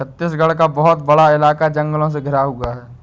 छत्तीसगढ़ का बहुत बड़ा इलाका जंगलों से घिरा हुआ है